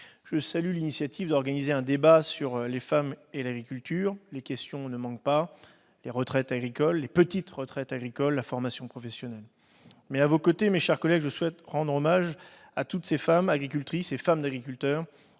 je salue l'initiative d'organiser un débat sur les femmes et l'agriculture. Les questions, en la matière, ne manquent pas : les petites retraites agricoles, la formation professionnelle notamment. À mon tour, mes chers collègues, je souhaite rendre hommage à toutes ces femmes agricultrices et femmes d'agriculteurs